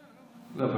כן, מכיר.